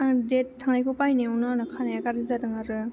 आं डेट थांनायखौ बायनायावनो आंना खानाया गाज्रि जादों आरो